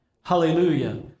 Hallelujah